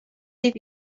leave